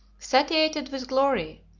satiated with glory,